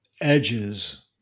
edges